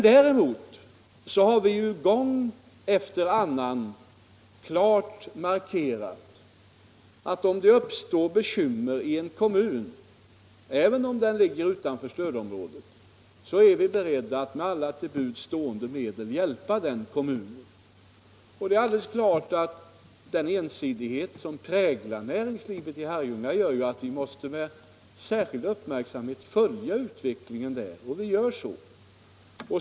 Däremot har vi gång efter annan klart markerat att om det uppstår bekymmer i en kommun, så är vi beredda att med alla till buds stående medel hjälpa den kommunen, även om den ligger utanför stödområdet. Den ensidighet som präglar näringslivet i Herrljunga gör att vi med särskild uppmärksamhet måste följa utvecklingen där, och vi gör så.